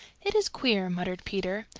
it is queer, muttered peter,